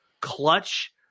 clutch